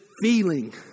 feeling